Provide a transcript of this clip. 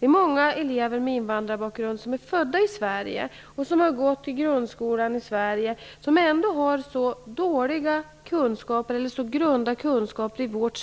Det är många elever med invandrarbakgrund som är födda i Sverige, och som gått i grundskolan i Sverige, men som ändå har så grunda kunskaper i det svenska